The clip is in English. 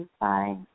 Bye